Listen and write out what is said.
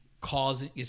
causing